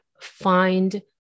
find